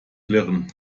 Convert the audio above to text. klirren